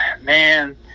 Man